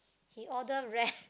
he order rare